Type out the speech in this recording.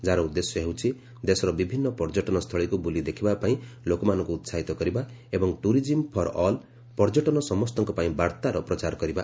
ଯାହାର ଉଦ୍ଦେଶ୍ୟ ହେଉଛି ଦେଶର ବିଭିନ୍ନ ପର୍ଯ୍ୟଟନ ସ୍ଥଳୀକୁ ବୁଲି ଦେଖାବା ପାଇଁ ଲୋକମାନଙ୍କୁ ଉତ୍ସାହିତ କରିବା ଏବଂ ଟୁରିଜିମ୍ ଫର ଅଲ୍ ପର୍ଯ୍ୟଟନ ସମସ୍ତଙ୍କ ପାଇଁ ବାର୍ତ୍ତାର ପ୍ରଚାର କରିବା